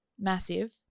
massive